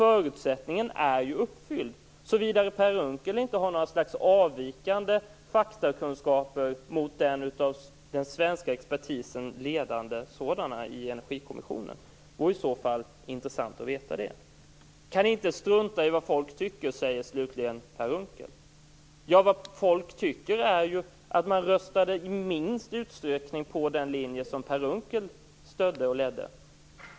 Förutsättningen är alltså uppfylld såvida inte Per Unckel har några avvikande faktakunskaper jämfört med den ledande svenska expertisen i Energikommissionen. Det vore i så fall intressant att få veta det. Vi kan inte strunta i vad folk tycker, säger slutligen Per Unckel. Ja, vad folk tycker visar sig ju på det sättet att man i minst utsträckning röstade på den linje som Per Unckel ledde.